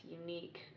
unique